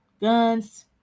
guns